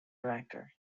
director